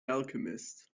alchemist